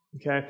Okay